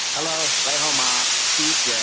hello lahoma suits. yeah